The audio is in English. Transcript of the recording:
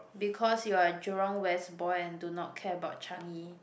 because you're Jurong West boy and do not care about Changi